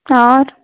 और